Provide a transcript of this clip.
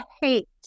hate